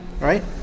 right